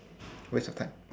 waste of time